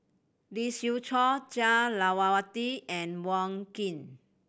Lee Siew Choh Jah Lelawati and Wong Keen